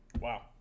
Wow